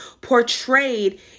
portrayed